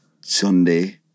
Sunday